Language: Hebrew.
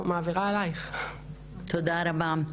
תודה רבה.